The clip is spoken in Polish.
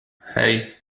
hej